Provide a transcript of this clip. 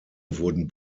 wurden